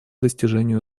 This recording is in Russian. достижению